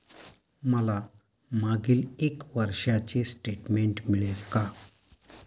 मला मागील एक वर्षाचे स्टेटमेंट मिळेल का?